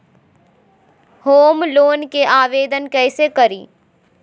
Home loan के आवेदन कैसे करि?